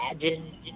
imagine